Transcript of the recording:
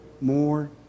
more